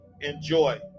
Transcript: enjoy